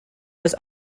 was